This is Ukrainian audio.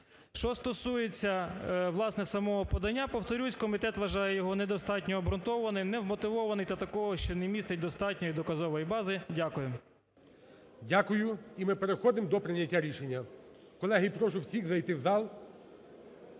Що стосується, власне, самого подання, повторюсь, комітет вважає його недостатньо обґрунтованим, невмотивованим та такого, що не містить достатньої доказової бази. Дякую. ГОЛОВУЮЧИЙ. Дякую. І ми переходимо до прийняття рішення. Колеги, прошу всіх зайти в зал,